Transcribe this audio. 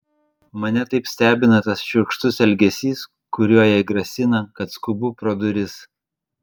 mane taip stebina tas šiurkštus elgesys kuriuo jai grasina kad skubu pro duris